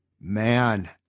man